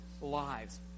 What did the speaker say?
lives